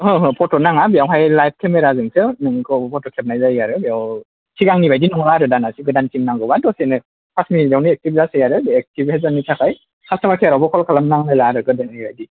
ओहो ओहो फट' नाङा बेवहाय लाइब केमेराजोंसो नोंखौ फट' खेबनाय जायो आरो बेयाव सिगांनि बायदि नंला आरो दाना गोदान सिम नांगौबा दसेनो फास मिनिटआवनो एकटिभ जासै आरो एकटिभेसननि थाखाय कास्ट'मार केयारआवबो कल खालामलायनांला आरो गोदोनि बायदि